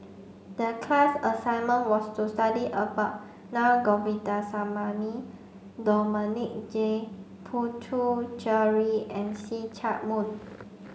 the class assignment was to study about Na Govindasamy Dominic J Puthucheary and See Chak Mun